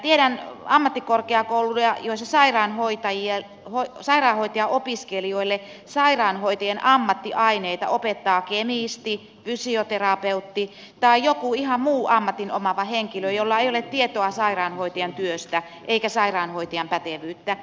tiedän ammattikorkeakouluja joissa sairaanhoitajaopiskelijoille sairaanhoitajien ammattiaineita opettaa kemisti fysioterapeutti tai joku ihan muun ammatin omaava henkilö jolla ei ole tietoa sairaanhoitajan työstä eikä sairaanhoitajan pätevyyttä